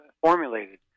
formulated